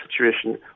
situation